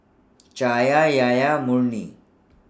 Cahaya Yahaya Murni